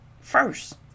first